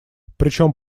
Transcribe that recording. причём